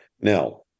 Now